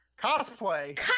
Cosplay